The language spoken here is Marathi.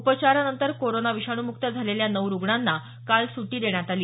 उपचारानंतर कोरोना विषाणुमुक्त झालेल्या नऊ रुग्णांना काल सुटी देण्यात आली